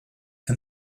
and